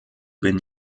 been